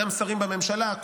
גם שרים בממשלה,